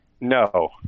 No